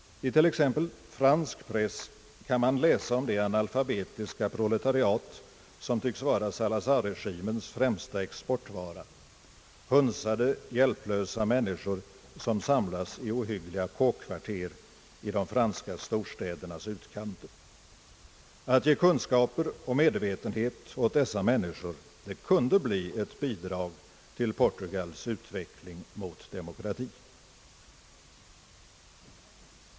I t.ex. fransk press kan man läsa om det analfabetiska proletariat som tycks vara Salazarregimens främsta exportvara — hunsade, hjälplösa människor som samlas i ohyggliga kåkkvarter i de franska storstädernas utkanter. Att ge kunskaper och medvetenhet åt dessa människor kunde bli ett bidrag till Portugals utveckling mot demokrati.